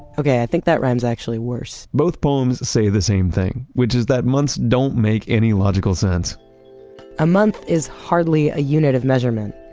okay, i think that rhymes actually worse both poems say the same thing, which is that months don't make any logical sense a month is hardly a unit of measurement.